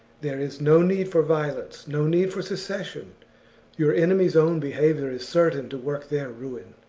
there is no need for violence, no need for secession your enemies' own behaviour is certain to work their ruin.